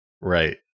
Right